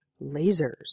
Lasers